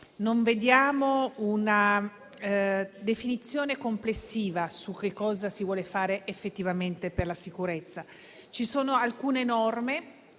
non vediamo una definizione complessiva di che cosa si vuole fare effettivamente per la sicurezza. Ci sono alcune norme